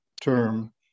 term